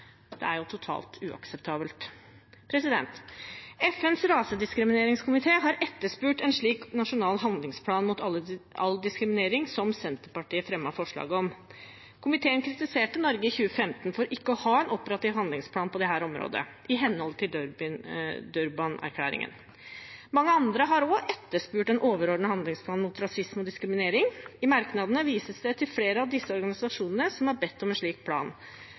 er totalt uakseptabelt. FNs rasediskrimineringskomité har etterspurt en slik nasjonal handlingsplan mot all diskriminering, slik Senterpartiet har fremmet forslag om. Komiteen kritiserte i 2015 Norge for ikke å ha en operativ handlingsplan på dette området, i henhold til Durban-erklæringen. Mange andre har også etterspurt en overordnet handlingsplan mot rasisme og diskriminering. I merknadene vises det til flere av de organisasjonene som har bedt om en slik plan,